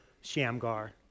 Shamgar